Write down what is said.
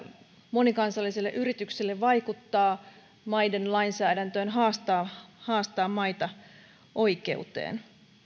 monikansallisille yrityksille vaikuttaa maiden lainsäädäntöön haastaa haastaa maita oikeuteen